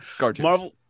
Marvel